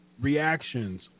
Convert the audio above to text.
reactions